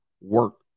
work